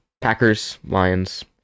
Packers-Lions